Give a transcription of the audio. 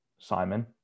Simon